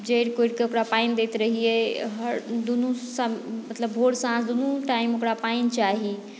जड़ि कोरिके ओकरा पानि दैत रहियै हर दुनू स मतलब भोर साँझ दुनू टाइम ओकरा पानि चाही